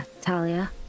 Talia